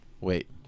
Wait